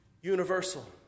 universal